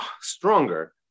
stronger